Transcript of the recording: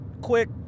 quick